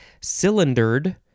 Cylindered